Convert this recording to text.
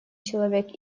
человек